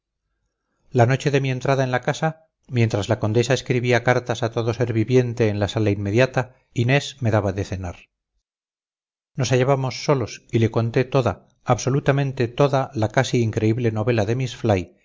la noche de mi entrada en la casa mientras la condesa escribía cartas a todo ser viviente en la sala inmediata inés me daba de cenar nos hallábamos solos y le conté toda absolutamente toda la casi increíble novela de miss